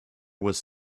was